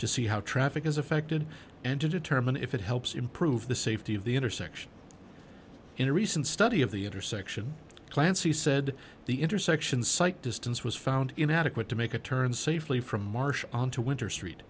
to see how traffic is affected and to determine if it helps improve the safety of the intersection in a recent study of the intersection clancy said the intersection sight distance was found inadequate to make a turn safely from marsh on to winter street